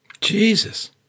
Jesus